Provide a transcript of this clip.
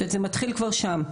זאת אומרת זה מתחיל כבר שם.